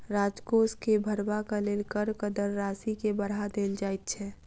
राजकोष के भरबाक लेल करक दर राशि के बढ़ा देल जाइत छै